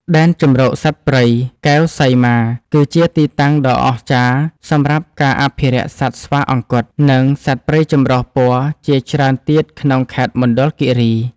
ដែនជម្រកសត្វព្រៃកែវសីមា គឺជាទីតាំងដ៏អស្ចារ្យសម្រាប់ការអភិរក្សសត្វស្វាអង្គត់ និងសត្វព្រៃចម្រុះពណ៌ជាច្រើនទៀតក្នុងខេត្តមណ្ឌលគិរី។